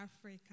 Africa